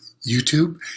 YouTube